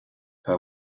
per